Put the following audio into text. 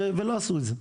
ולא עשו את זה.